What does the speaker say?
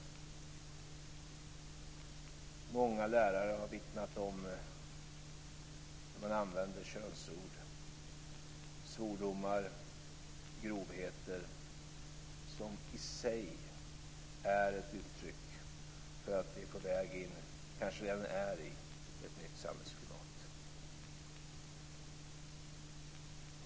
Många lärare har vittnat om hur man använder könsord, svordomar och grovheter som i sig är ett uttryck för att vi är på väg in i, och kanske redan är i, ett nytt samhällsklimat.